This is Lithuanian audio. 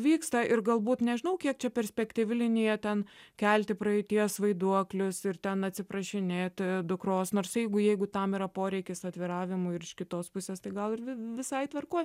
vyksta ir galbūt nežinau kiek čia perspektyvi linija ten kelti praeities vaiduoklius ir ten atsiprašinėti dukros nors jeigu jeigu tam yra poreikis atviravimui ir iš kitos pusės tai gal ir vi visai tvarkoj